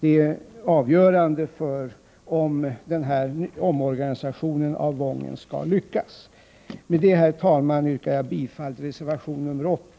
Det är avgörande för om omorganisationen av Wången skall lyckas. Med detta, herr talman, yrkar jag bifall till reservation nr 9.